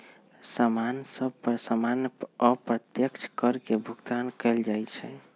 समान सभ पर सामान्य अप्रत्यक्ष कर के भुगतान कएल जाइ छइ